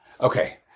okay